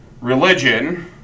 religion